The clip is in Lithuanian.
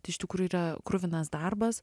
tai iš tikrųjų yra kruvinas darbas